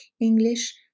English